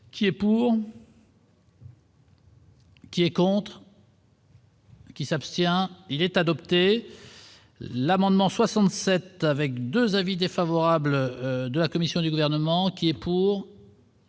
Qui est pour. Qui est contre. Qui s'abstient, il est adopté, l'amendement 67 avec 2 invités. Favorable de la commission du gouvernement qui est pour.